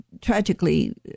tragically